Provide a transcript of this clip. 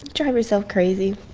drive yourself crazy